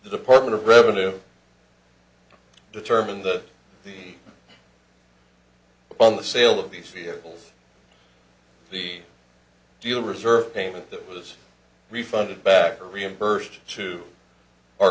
department of revenue determine the the on the sale of these vehicles the dealer reserve payment that was refunded back or reimbursed to o